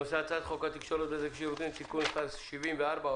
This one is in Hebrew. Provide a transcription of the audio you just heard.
הנושא הוא הצעת חוק התקשורת (בזק ושידורים) (תיקון מס' 74)